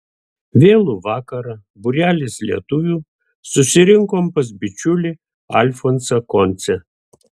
vėlų vakarą būrelis lietuvių susirinkom pas bičiulį alfonsą koncę